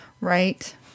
Right